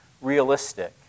realistic